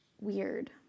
Weird